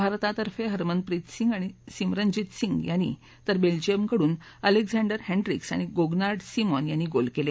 भारतातर्फे हरमनप्रित सिंह आणि सिमरनजीत सिंह यांनी तर बेल्जियमकडून एलेक्जेंडर हैंड्रिक्स आणि गोगनार्ड सिमॉन यांनी गोल केले